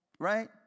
Right